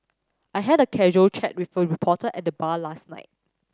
I had a casual chat with a reporter at the bar last night